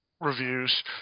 Reviews